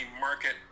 market